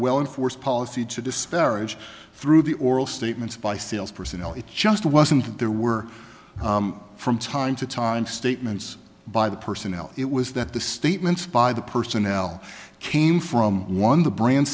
well in force policy to disparage through the oral statements by sales personnel it just wasn't that there were from time to time statements by the personnel it was that the statements by the personnel came from one the brand